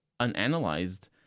unanalyzed